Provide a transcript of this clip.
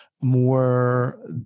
more